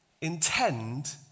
intend